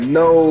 no